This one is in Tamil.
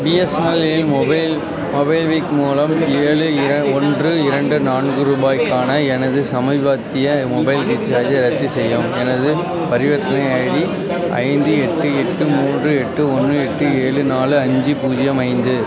பிஎஸ்என்எல்லில் மொபைல் மொபிக்விக் மூலம் ஏழு இர ஒன்று இரண்டு நான்கு ரூபாய்க்கான எனது சமீபத்திய மொபைல் ரீசார்ஜை ரத்து செய்யவும் எனது பரிவர்த்தனை ஐடி ஐந்து எட்டு எட்டு மூன்று எட்டு ஒன்று எட்டு ஏறு நாலு அஞ்சு பூஜ்ஜியம் ஐந்து